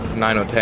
nine or ten,